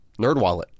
NerdWallet